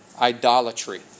idolatry